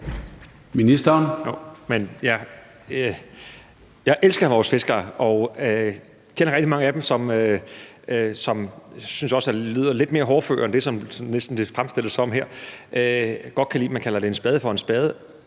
Jeg elsker vores fiskere og kender rigtig mange af dem, som jeg også synes lyder lidt mere hårdføre, end de næsten bliver fremstillet som her, og som godt kan lide, at man kalder en spade for en spade.